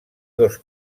dos